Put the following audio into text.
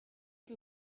que